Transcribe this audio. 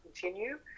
continue